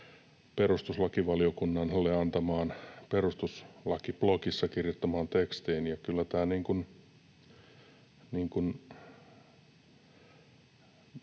perustuslakivaliokunnalle antamaan ja Perustuslakiblogissa kirjoittamaan tekstiin.